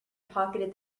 pocketed